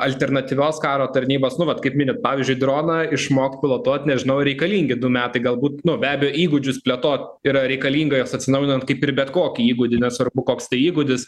alternatyvios karo tarnybos nu vat kaip minit pavyzdžiui droną išmokt pilotuot nežinau reikalingi du metai galbūt nu be abejo įgūdžius plėtot yra reikalinga juos atsinaujinant kaip ir bet kokį įgūdį nesvarbu koks tai įgūdis